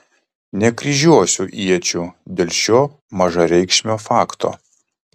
nekryžiuosiu iečių dėl šio mažareikšmio fakto